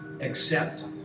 accept